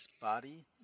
body